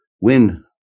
win